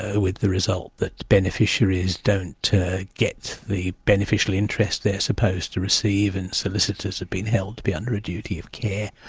ah with the result that beneficiaries don't get the beneficial interest they're supposed to receive, and solicitors have been held to be under a duty of care,